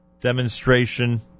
demonstration